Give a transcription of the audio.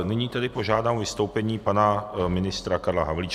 Nyní tedy požádám o vystoupení pana ministra Karla Havlíčka.